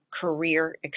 career